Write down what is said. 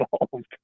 involved